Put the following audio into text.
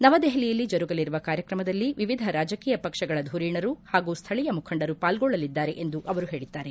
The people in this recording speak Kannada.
ನವದೆಹಲಿಯಲ್ಲಿ ಜರುಗಲಿರುವ ಕಾರ್ಯಕ್ರಮದಲ್ಲಿ ವಿವಿಧ ರಾಜಕೀಯ ಪಕ್ಷಗಳ ಧುರೀಣರು ಹಾಗೂ ಸ್ವಳೀಯ ಮುಖಂಡರು ಪಾಲ್ಗೊಳ್ಳಲಿದ್ದಾರೆ ಎಂದು ಅವರು ಹೇಳಿದ್ದಾರೆ